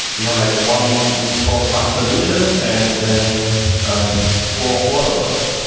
you have like one um borg um master leader and then four followers.